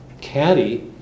Caddy